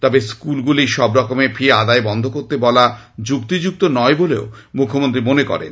তবে স্কুলগুলির সবরকমের ফি আদায় বন্ধ করতে বলা যুক্তিযুক্ত নয় বলে মুখ্যমন্ত্রী মনে করেন